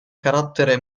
carattere